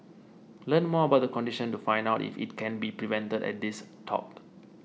learn more about the condition and find out if it can be prevented at this talk